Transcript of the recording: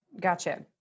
Gotcha